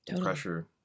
Pressure